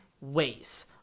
ways